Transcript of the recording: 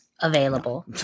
available